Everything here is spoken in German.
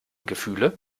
gefühle